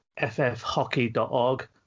ffhockey.org